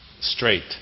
straight